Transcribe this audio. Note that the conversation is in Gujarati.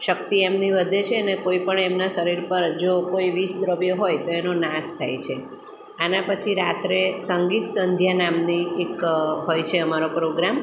શક્તિ એમની વધે છે અને કોઈ પણ એમનાં શરીર પર જો કોઈ વિષ દ્રવ્ય હોય તો એનો નાશ થાય છે અને પછી રાત્રે સંગીત સંધ્યા નામની એક હોય છે અમારો પ્રોગ્રામ